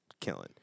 killing